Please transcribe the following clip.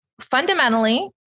fundamentally